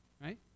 right